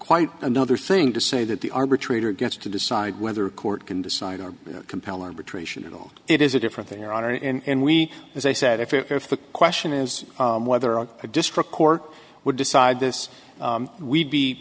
quite another thing to say that the arbitrator gets to decide whether a court can decide are compel arbitration and all it is a different thing your honor and we as i said if the question is whether a district court would decide this we'd be